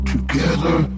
Together